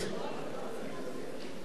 הצעת